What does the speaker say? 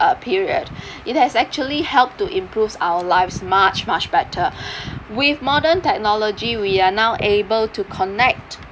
uh period it has actually helped to improve our lives much much better with modern technology we are now able to connect